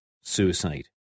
suicide